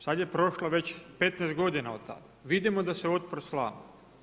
Sada je prošlo već 15 godina od tada, vidimo da se otpor slama.